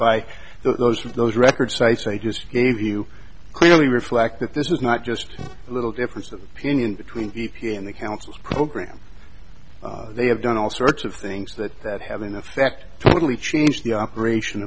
by those of those record cites i just gave you clearly reflect that this was not just a little difference of opinion between b p and the council program they have done all sorts of things that that have in effect totally changed the operation